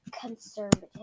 conservative